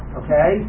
okay